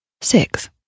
six